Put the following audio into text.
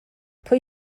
pwy